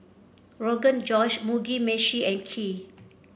Rogan Josh Mugi Meshi and Kheer